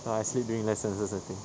no I sleep during lessons that's the thing